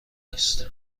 نیست